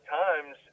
times